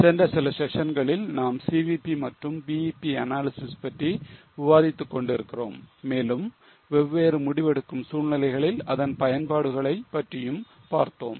சென்ற சில செஷன்களில் நாம் CVP மற்றும் BEP analysis பற்றி விவாதித்துக் கொண்டிருக்கிறோம் மேலும் வெவ்வேறு முடிவெடுக்கும் சூழ்நிலைகளில் இதன் பயன்பாடுகளை பற்றியும் பார்த்தோம்